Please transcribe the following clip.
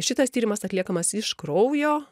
šitas tyrimas atliekamas iš kraujo